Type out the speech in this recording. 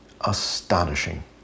Astonishing